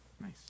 nice